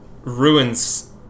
Ruins